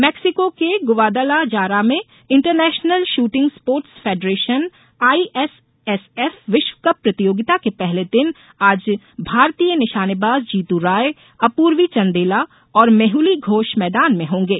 Mexico के Guadalajara में international shooting sports federation ISSF विश्वकप प्रतियोगिता के पहले दिन आज भारतीय निशानेबाज जीतू राय अपूर्वी चंदेला और मेहुली घोष मैदान में होंगे